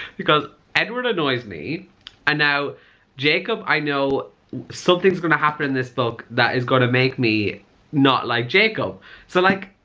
because edward annoys me and now jacob i know something's gonna happen in this book that is gonna make me not like jacob so like